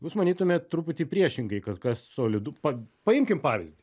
jūs manytumėt truputį priešingai kad kas solidu pa paimkim pavyzdį